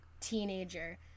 teenager